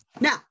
Now